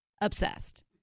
obsessed